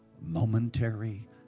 momentary